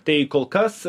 tai kol kas